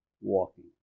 walking